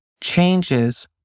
changes